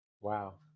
Wow